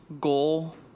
goal